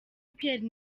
pierre